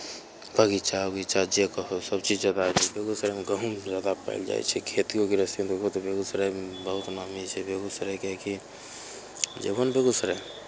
बगीचा उगीचा जे कहब सभचीज जादा छै बेगूसरायमे गहुँम जादा पायल जाइ छै खेतियो गृहस्थीमे देखबहो तऽ बेगूसरायमे बहुत नामी छै बेगूसराय किएकि जयबहो ने बेगूसराय